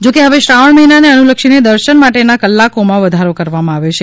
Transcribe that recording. જો કે હવે શ્રાવણ મહિનાને અનુલક્ષીને દર્શન માટેના કલાકોમાં વધારો કરવામાં આવ્યો છે